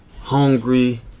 hungry